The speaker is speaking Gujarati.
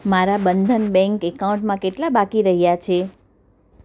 મારા બંધન બેંક એકાઉન્ટમાં કેટલાં બાકી રહ્યા છે